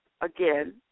again